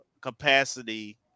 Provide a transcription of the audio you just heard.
capacity